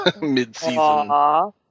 mid-season